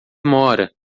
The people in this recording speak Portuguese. mora